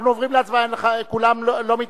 אם אין מתנגדים